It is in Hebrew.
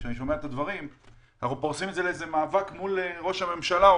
אנחנו פורסים את זה למאבק מול ראש הממשלה,